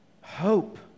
Hope